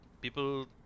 people